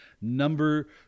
number